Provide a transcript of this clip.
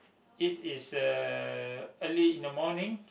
it is uh early in the morning